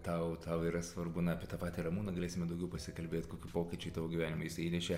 tau tau yra svarbu na apie tą patį ramūną galėsime daugiau pasikalbėt kokių pokyčių į tavo gyvenimą jisai įnešė